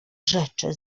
rzeczy